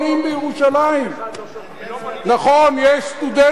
נכון, יש סטודנטים בירושלים.